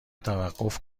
توقف